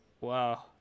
Wow